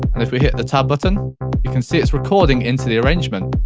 and if we hit the top button you can see it's recording into the arrangement.